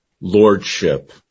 lordship